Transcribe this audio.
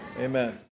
Amen